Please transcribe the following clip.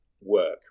work